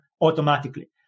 automatically